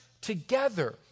together